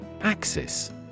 Axis